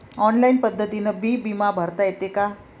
Online पद्धतीनं बी बिमा भरता येते का?